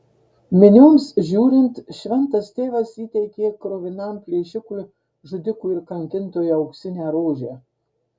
minioms žiūrint šventas tėvas įteikė kruvinam plėšikui žudikui ir kankintojui auksinę rožę